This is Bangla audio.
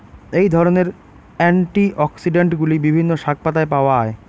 এই ধরনের অ্যান্টিঅক্সিড্যান্টগুলি বিভিন্ন শাকপাতায় পাওয়া য়ায়